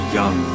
young